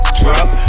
drop